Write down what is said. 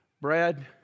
Brad